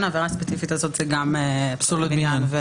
העבירה הספציפית הזאת זה גם פסולת בניין.